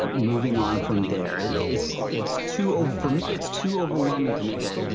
ah moving on from there. it's it's too old for me. it's too overwhelming to make a, you